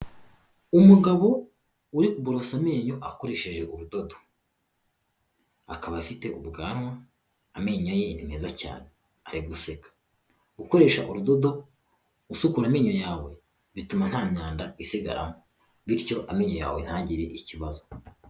Umugabo uri kuburoso amenyo akoresheje urudodo akaba afite ubwanwa, amenyo ye ni meza cyane ariguseka. Ukoresha urudodo usukura amenyo yawe bituma nta myanda isigaramo bityo amenyo yawe ntagire ikibazo.